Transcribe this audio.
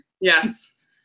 Yes